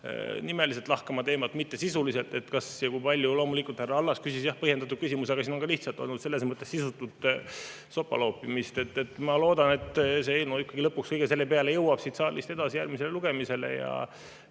nimeliselt lahkama teemat, mitte sisuliselt, et kas ja kui palju. Loomulikult, härra Allas küsis põhjendatud küsimusi, aga siin on olnud ka lihtsalt sisutut sopaloopimist. Ma loodan, et see eelnõu ikkagi lõpuks kõige selle peale jõuab siit saalist edasi järgmisele lugemisele ja